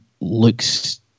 looks